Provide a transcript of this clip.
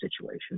situation